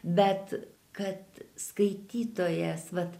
bet kad skaitytojas vat